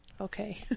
okay